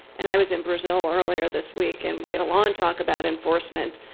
and i was in brazil earlier this week, and we had a long talk about enforcement.